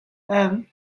then